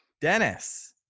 Dennis